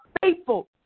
faithful